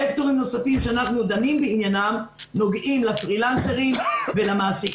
סקטורים נוספים שאנחנו דנים בעניינם הם פרילנסרים ומעסיקים.